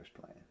plan